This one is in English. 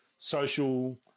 Social